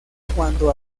cuando